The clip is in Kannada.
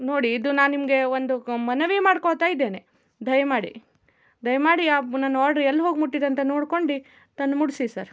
ನೋಡಿ ಇದು ನಾನು ನಿಮಗೆ ಒಂದು ಕ ಮನವಿ ಮಾಡ್ಕೊಳ್ತಾ ಇದ್ದೇನೆ ದಯ ಮಾಡಿ ದಯ ಮಾಡಿ ಆ ನನ್ನ ಆರ್ಡರ್ ಎಲ್ಲಿ ಹೋಗಿ ಮುಟ್ಟಿದೆ ಅಂತ ನೋಡ್ಕೊಂಡು ತಂದು ಮುಟ್ಟಿಸಿ ಸರ್